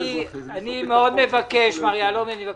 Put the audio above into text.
אני מבקש מאוד, מר יהלומי, שתבדוק.